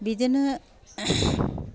बिदिनो